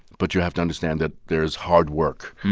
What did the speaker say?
but you have to understand that there is hard work,